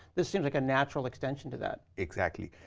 this seems like a natural extension to that. exactly.